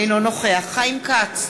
אינו נוכח חיים כץ,